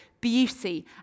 Beauty